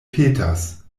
petas